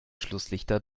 schlusslichter